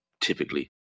typically